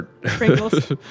Pringles